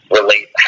relate